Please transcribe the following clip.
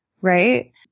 Right